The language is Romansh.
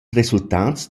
resultats